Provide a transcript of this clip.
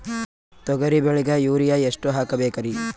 ತೊಗರಿ ಬೆಳಿಗ ಯೂರಿಯಎಷ್ಟು ಹಾಕಬೇಕರಿ?